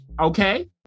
Okay